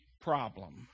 problem